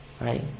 right